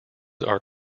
are